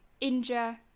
injure